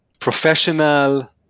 professional